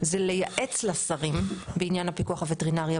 זה לייעץ לשרים בעניין הפיקוח הווטרינרי.